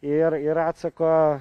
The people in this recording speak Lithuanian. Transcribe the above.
ir ir atsako